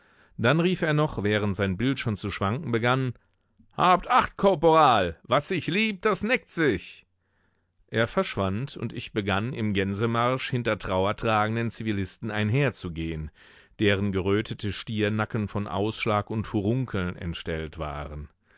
dann rief er noch während sein bild schon zu schwanken begann habt acht korporal was sich liebt das neckt sich er verschwand und ich begann im gänsemarsch hinter trauertragenden zivilisten einherzugehen deren gerötete stiernacken von ausschlag und furunkeln entstellt waren